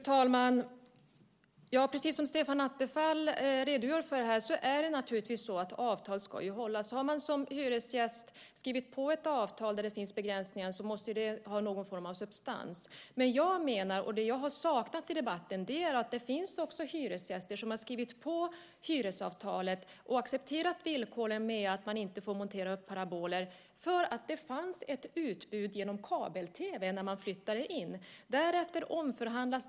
Fru talman! Som Stefan Attefall säger ska avtal naturligtvis hållas. Har man som hyresgäst skrivit på ett avtal där det finns begränsningar måste det ju ha någon form av substans. Det jag har saknat i debatten är att det finns hyresgäster som har skrivit på hyresavtalet och accepterat villkoret att man inte får montera upp paraboler eftersom det fanns ett utbud genom kabel-tv när man flyttade in. Därefter har det omförhandlats.